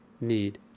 need